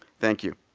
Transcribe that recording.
thank you.